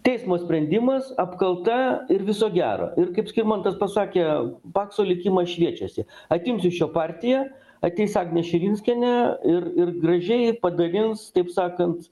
teismo sprendimas apkalta ir viso gero ir kaip skirmantas pasakė pakso likimas šviečiasi atims iš jo partiją ateis agnė širinskienė ir ir gražiai padalins taip sakant